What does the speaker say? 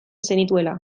zenituela